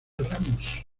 ramos